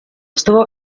estuvo